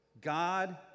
God